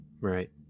Right